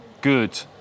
Good